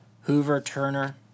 Hoover-Turner